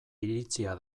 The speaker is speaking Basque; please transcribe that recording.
iritzia